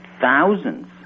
thousands